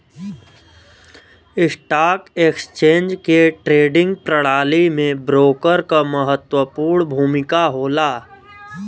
stock exchange के trading प्रणाली में ब्रोकर क महत्वपूर्ण भूमिका होला